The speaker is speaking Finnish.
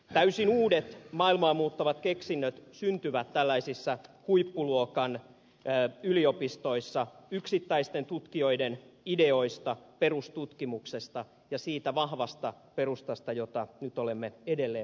täysin uudet maailmaa muuttavat keksinnöt syntyvät tällaisissa huippuluokan yliopistoissa yksittäisten tutkijoiden ideoista perustutkimuksesta ja siitä vahvasta perustasta jota nyt olemme edelleen vankistamassa